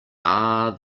are